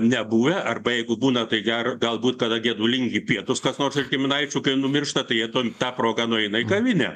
nebuvę arba jeigu būna tai ger galbūt kada gedulingi pietūs kas nors iš giminaičių kai numiršta tai jie ten ta proga nueina į kavinę